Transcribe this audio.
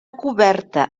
coberta